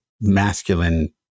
masculine